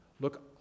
look